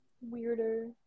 weirder